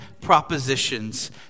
propositions